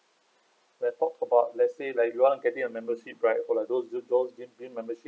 like talk about let's say like you want getting a membership right for like those those gym gym membership